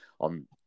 on